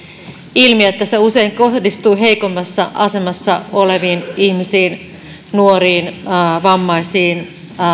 ilmi että se usein kohdistuu heikommassa asemassa oleviin ihmisiin nuoriin vammaisiin